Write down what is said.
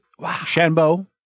Shambo